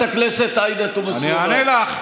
חברת הכנסת עאידה תומא סלימאן, אני אענה לך.